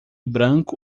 branco